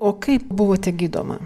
o kaip buvote gydoma